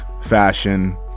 fashion